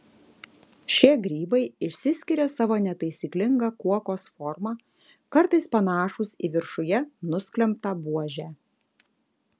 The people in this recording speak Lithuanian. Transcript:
šie grybai išsiskiria savo netaisyklinga kuokos forma kartais panašūs į viršuje nusklembtą buožę